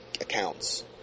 accounts